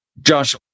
Josh